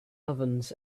ovens